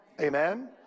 Amen